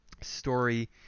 story